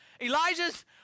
Elijah's